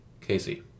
Casey